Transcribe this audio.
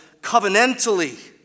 covenantally